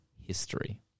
history